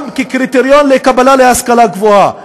גם כקריטריון לקבלה להשכלה גבוהה.